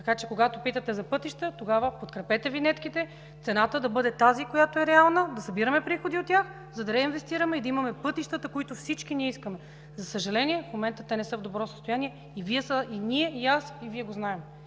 по-напред. Когато питате за пътища, тогава подкрепете винетките и цената да бъде тази, която е реална, да събираме приходи от тях, за да реинвестираме и да имаме пътищата, които всички ние искаме. За съжаление, те в момента не са в добро състояние и вие, и аз го знаем,